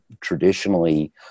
traditionally